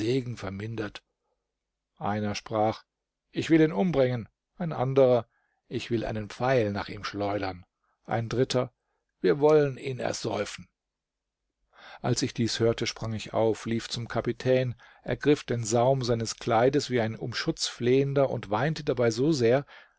vermindert einer sprach ich will ihn umbringen ein anderer ich will einen pfeil nach ihm schleudern ein dritter wir wollen ihn ersäufen als ich dies hörte sprang ich auf lief zum kapitän ergriff den saum seines kleides wie ein um schutz flehender und weinte dabei so sehr